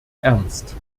ernst